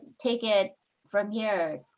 take it from yeah